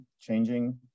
changing